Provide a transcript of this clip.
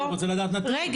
אני רוצה לדעת נתון.